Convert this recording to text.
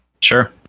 Sure